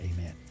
Amen